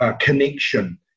connection